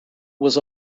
was